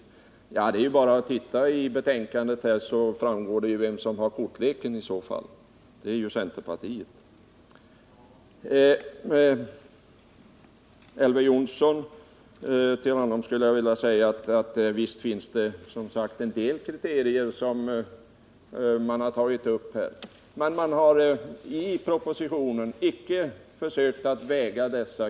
Men det är bara att titta i betänkandet så framgår det vem som har kortleken — det är ju centerpartiet. Till Elver Jonsson skulle jag vilja säga: Visst har man tagit upp en del kriterier i propositionen. Men man har inte på något sätt försökt väga dem.